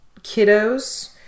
kiddos